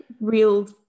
real